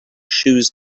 shoes